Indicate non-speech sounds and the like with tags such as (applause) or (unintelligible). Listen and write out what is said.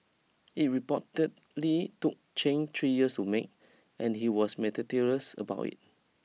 it reportedly took (unintelligible) three years to make and he was generally about it